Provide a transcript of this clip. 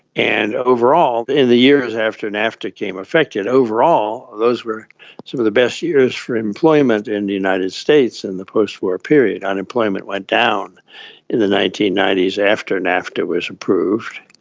and overall, in the years after nafta became effective, overall those were some of the best years for employment in the united states in the post-war period. unemployment went down in the nineteen ninety s after nafta was approved.